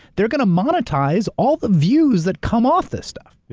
they're gonna monetize all the views that come off this stuff.